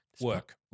Work